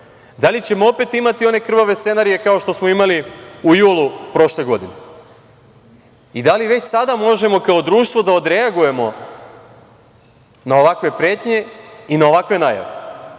li ćemo opet imati one krvave scenarije kao što smo imali u julu prošle godine i da li već sada možemo kao društvo da odreagujemo na ovakve pretnje i na ovakve najave? Ono